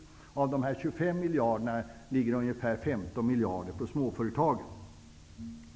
Av de 25 miljarderna ligger ungefär 15 miljarder på småföretagen.